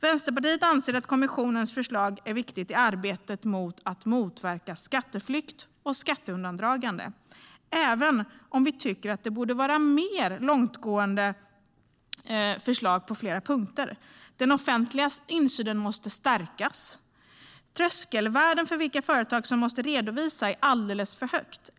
Vänsterpartiet anser att kommissionens förslag är viktigt i arbetet för att motverka skatteflykt och skatteundandragande, även om vi tycker att det borde vara mer långtgående förslag på flera punkter. Den offentliga insynen måste stärkas, och tröskelvärdet för vilka företag som måste redovisa är alldeles för högt.